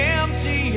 empty